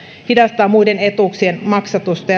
hidastaa muiden etuuksien maksatusta